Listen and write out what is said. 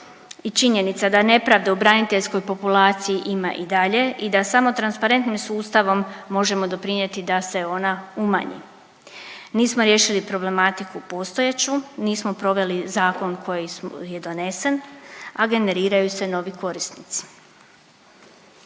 i činjenica da nepravde u braniteljskoj populaciji ima i dalje i da samo transparentnim sustavom možemo doprinijeti da se ona umanji. Nismo riješiti problematiku postojeću, nismo proveli zakon koji je donesen, a generiraju se novi korisnici.